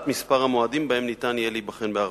מספר המועדים שבהם ניתן יהיה להיבחן בערבית.